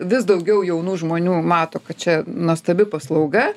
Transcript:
vis daugiau jaunų žmonių mato kad čia nuostabi paslauga